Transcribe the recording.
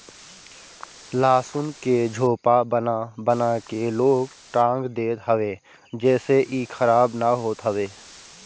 लहसुन के झोपा बना बना के लोग टांग देत हवे जेसे इ खराब ना होत हवे